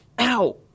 Ow